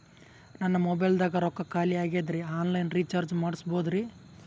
ನನ್ನ ಮೊಬೈಲದಾಗ ರೊಕ್ಕ ಖಾಲಿ ಆಗ್ಯದ್ರಿ ಆನ್ ಲೈನ್ ರೀಚಾರ್ಜ್ ಮಾಡಸ್ಬೋದ್ರಿ?